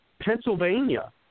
Pennsylvania